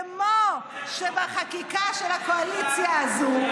כמו שבחקיקה של הקואליציה הזו,